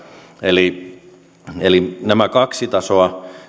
eli eli nämä kaksi tasoa